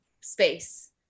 space